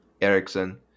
Erickson